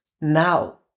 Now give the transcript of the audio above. now